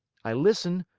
i listen,